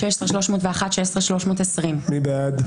16,081 עד 16,100. מי בעד?